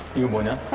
you want to